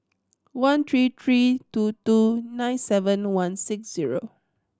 one three three two two nine seven one six zero